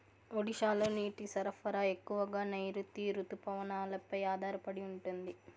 ఒడిశాలో నీటి సరఫరా ఎక్కువగా నైరుతి రుతుపవనాలపై ఆధారపడి ఉంటుంది